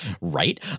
right